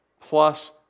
plus